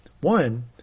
One